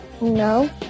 No